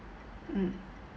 mm